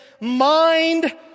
mind